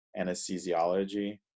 anesthesiology